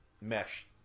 mesh